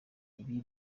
ibi